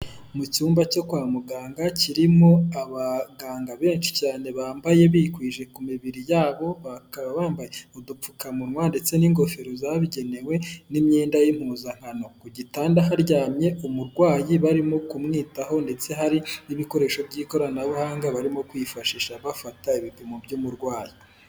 Mu cyumba cyo kwa muganga kirimo abaganga benshi cyane bambaye bikwije ku mibiri yabo, bakaba bambaye udupfukamunwa ndetse n'ingofero zabigenewe n'imyenda y'impuzankano, ku gitanda haryamye umurwayi barimo kumwitaho ndetse hari n'ibikoresho by'ikoranabuhanga barimo kwifashisha bafata ibipimo by'umurwayi.